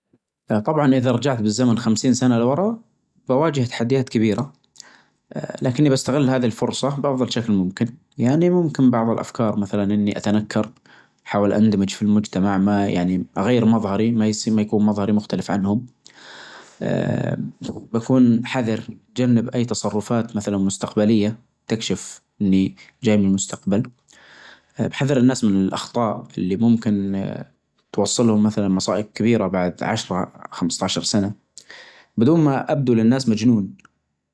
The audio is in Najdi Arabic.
طبعا اذا رجعت بالزمن خمسين سنة لورا بواجه تحديات كبيرة اه لكني بستغل هذي الفرصة بافضل شكل ممكن يعني ممكن بعظ الافكار مثلا اني اتنكر احاول اندمج في المجتمع ما يعني اغير مظهري ما يكون مظهري مختلف عنهم بكون حذر جنب تصرفات مثلا مستقبلية تكشف اني جاي من المستقبل. بحذر الناس من الاخطاء اللي ممكن توصلهم مثلا مصائب كبيرة بعد عشرة خمسة عشر سنة. بدون ما ابدو للناس مجنون